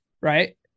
right